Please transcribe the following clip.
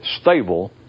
stable